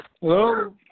Hello